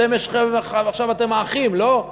עכשיו אתם אחים, לא?